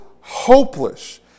hopeless